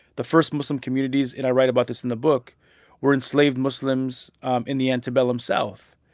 the first muslim communities and i write about this in the book were enslaved muslims um in the antebellum south.